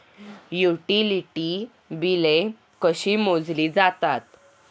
Utility बिले कशी मोजली जातात?